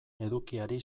edukiari